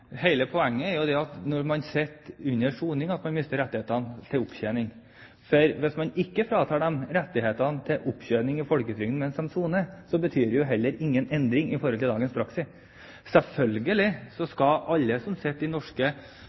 opptjening. For hvis man ikke fratas rettigheter til opptjening i folketrygden mens man soner, betyr det jo heller ingen endring i forhold til dagens praksis. Selvfølgelig skal alle som sitter i norske